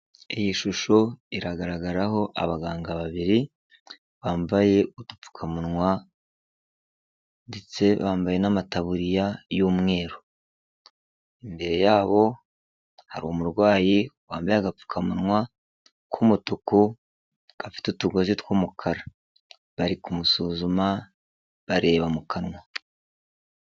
Iyi shusho iragaragaraho abaganga babiri, bambaye udupfukamunwa ndetse bambaye n'amatabuririya y'umweru. Imbere yabo hari umurwayi wambaye agapfukamunwa k'umutuku gafite utugozi tw'umukara, bari kumusuzuma bareba mu kanwa.